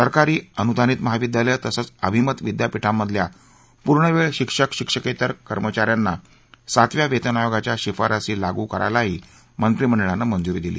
सरकारी अनुदानित महाविद्यालयं तसंच अभिमत विद्यापिठांमधल्या पूर्णवेळ शिक्षक शिक्षकेतर कर्मचा यांना सातव्या वेतन आयोगाच्या शिफारसी लागू करायलाही मंत्रिमंडळानं मंजुरी दिली